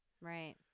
Right